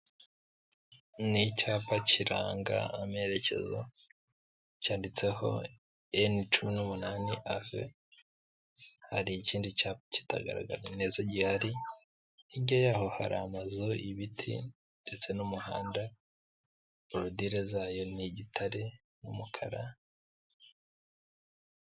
Ni icyapa kiranga amerekezo cyanditseho eni cumi n'umunani ave, hari ikindi cyapa kitagaragara neza gihari, hirya yaho hari amazu y'ibiti ndetse n'umuhanda, borodire zayo ni igitare n'umukara.